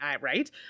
right